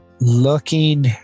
looking